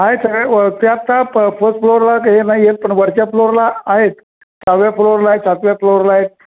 आहेत सगळे पण ते आता फर्स्ट फ्लोरला हे नाही आहेत पण वरच्या फ्लोरला आहेत सहाव्या फ्लोअरला सातव्या फ्लोरला आहेत